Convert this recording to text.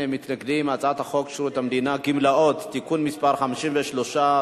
הצעת חוק שירות המדינה (גמלאות) (תיקון מס' 53),